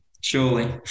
surely